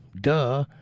Duh